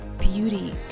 beauty